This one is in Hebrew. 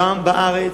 גם בארץ,